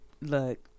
look